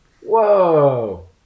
Whoa